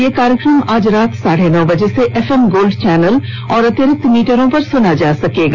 यह कार्यक्रम आज रात साढ़े नौ बजे से एफएम गोल्ड चैनल और अतिरिक्त मीटरों पर सुना जा सकता है